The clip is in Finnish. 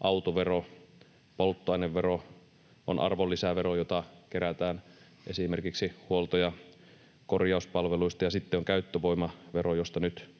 autovero, polttoainevero, on arvonlisävero, jota kerätään esimerkiksi huolto- ja korjauspalveluista, ja sitten on käyttövoimavero, josta nyt